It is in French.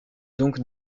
donc